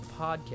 podcast